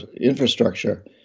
infrastructure